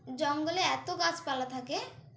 জঙ্গলে এত গাছপালা থাকে